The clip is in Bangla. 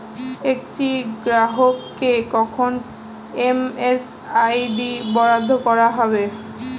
একটি গ্রাহককে কখন এম.এম.আই.ডি বরাদ্দ করা হবে?